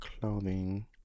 clothing